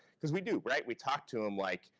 because we do, right? we talk to them like,